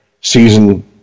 season